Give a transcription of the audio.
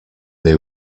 they